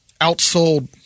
outsold